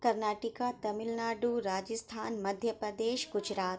Karnataka Tamil Nadu Rajasthan Madhya Pradesh Gujarat